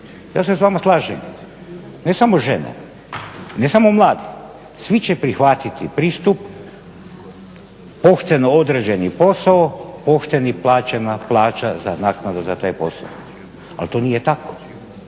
Ja se s vama slažem, ne samo žene, ne samo mladi, svi će prihvatiti pristup pošteno odrađeni posao, pošteno plaćena plaća za naknadu za taj posao. Ali to nije tako.